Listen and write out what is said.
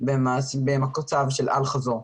ונהיה במצב של אל חזור.